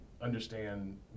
understand